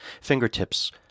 fingertips